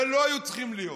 ולא היו צריכים להיות.